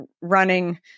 running